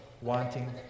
wanting